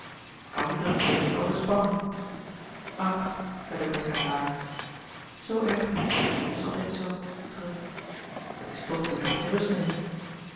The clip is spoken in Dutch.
al die drukte heeft je overspannen ach zeide bertha vaag zoo erg niet het is altijd zoo druk het is toch goed dat je rust neemt